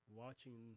watching